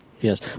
yes